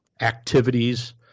activities